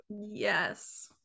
yes